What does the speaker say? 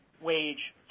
wage